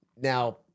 Now